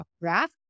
Graph